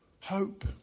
Hope